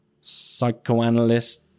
psychoanalyst